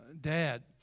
dad